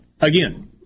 again